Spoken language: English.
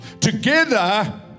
Together